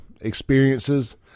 experiences